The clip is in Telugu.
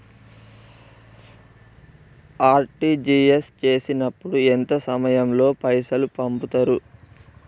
ఆర్.టి.జి.ఎస్ చేసినప్పుడు ఎంత సమయం లో పైసలు పంపుతరు?